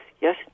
yes